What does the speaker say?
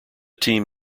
team